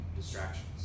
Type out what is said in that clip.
distractions